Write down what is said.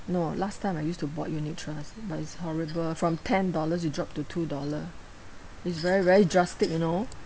no last time I used to bought unit trust but it's horrible from ten dollars it dropped to two dollar is very very drastic you know